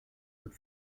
wird